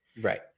right